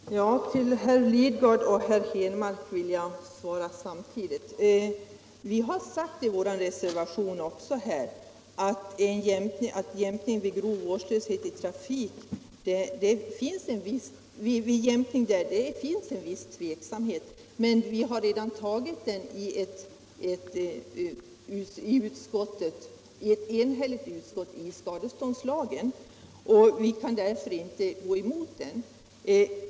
Herr talman! Till herrar Lidgard och Henmark vill jag säga att vi i vår reservation har sagt att det råder en viss tveksamhet i fråga om jämkning vid grov vårdslöshet i trafik. Men ett enhälligt utskott har redan tagit skadeståndslagen, och vi kan därför inte gå emot den.